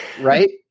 right